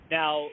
now